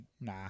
Nah